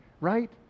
right